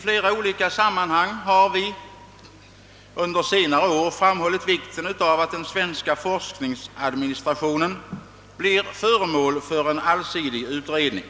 I flera olika sammanhang har vi under senare år framhållit vikten av att svensk forskningsadministration blir föremål för en allsidig utredning.